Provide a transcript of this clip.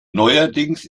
neuerdings